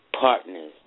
Partners